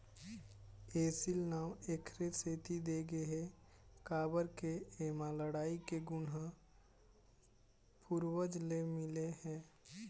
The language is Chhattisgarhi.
एसील नांव एखरे सेती दे गे हे काबर के एमा लड़ई के गुन ह पूरवज ले मिले हे